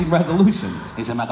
resolutions